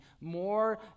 more